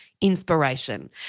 inspiration